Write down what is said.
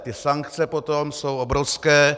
Ty sankce potom jsou obrovské.